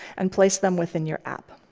and place them within your app.